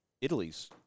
Italy's